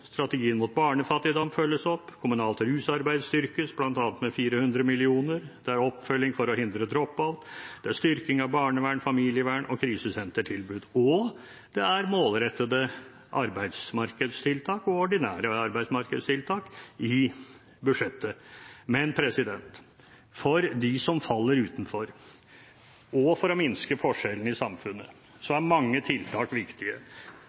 strategien mot barnefattigdom følges opp, kommunalt rusarbeid styrkes bl.a. med 400 mill. kr. Det er oppfølging for å hindre drop-out, det er styrking av barnevern-, familievern- og krisesentertilbud, og det er målrettede arbeidsmarkedstiltak og ordinære arbeidsmarkedstiltak i budsjettet. Men: For dem som faller utenfor, og for å minske forskjellene i samfunnet, er mange tiltak viktige,